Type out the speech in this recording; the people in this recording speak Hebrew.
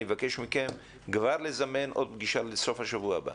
אני מבקש מכם כבר לזמן עוד פגישה לסוף שבוע הבא,